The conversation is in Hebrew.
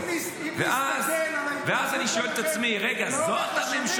אם נסתכל על ההתנהגות שלכם לאורך